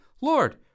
Lord